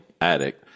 addict